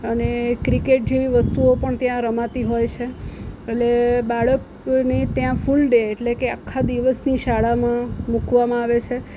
અને ક્રિકેટ જેવી વસ્તુઓ પણ ત્યાં રમાતી હોય છે અટલે બાળકને ત્યાં ફૂલ ડે એટલે કે આખા દિવસની શાળામાં મૂકવામાં આવે છે